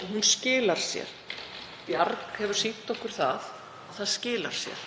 og hún skilar sér. Bjarg hefur sýnt okkur það að hún skilar sér